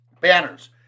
banners